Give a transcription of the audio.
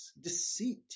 deceit